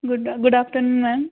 good good afternoon ma'am